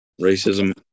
Racism